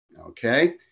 Okay